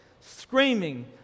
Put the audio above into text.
screaming